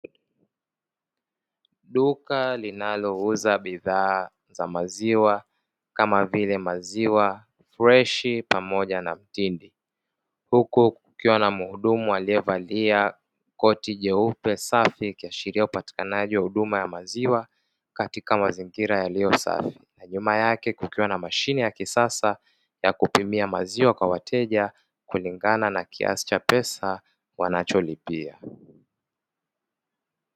Duka linalouza bidhaa za maziwa kama vile maziwa freshi pamoja na mtindi, huku kukiwa na mhudumu aliyevalia koti jeupe safi ikiashiria upatikanaji wa huduma ya maziwa katika mazingira yaliyo safi; na nyuma yake kukiwa na mashine ya kisasa ya kupimia maziwa kwa wateja kulingana na kiasi cha pesa wanacholipia.